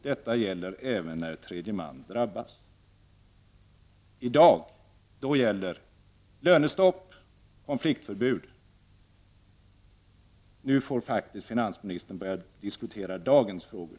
Detta gäller även när tredje man drabbas.” I dag gäller lönestopp och konfliktförbud. Nu får finansministern faktiskt börja diskutera dagens frågor.